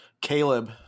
Caleb